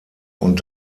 und